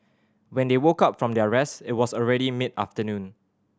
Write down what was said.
when they woke up from their rest it was already mid afternoon